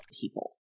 people